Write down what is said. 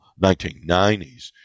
1990s